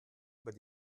über